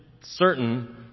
certain